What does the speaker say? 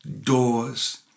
doors